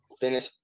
finish